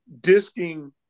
disking